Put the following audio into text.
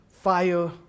fire